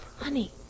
Honey